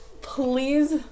please